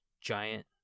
giant